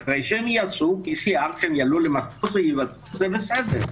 אחרי שהם יעשו PCR כשהם יעלו למטוס, זה בסדר.